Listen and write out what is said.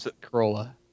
corolla